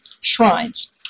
shrines